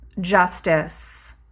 justice